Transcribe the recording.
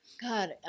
God